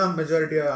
majority